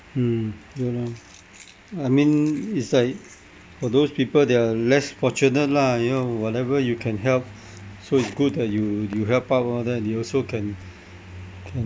mm ya lor I mean it's like for those people that are less fortunate lah you know whatever you can help so it's good that you you help out lor and you also can can